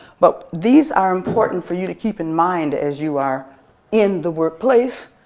but these are important for you to keep in mind as you are in the workplace,